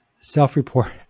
self-report